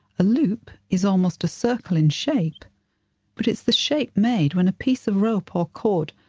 a loop is almost a circle in shape but it's the shape made when a piece of rope or chord,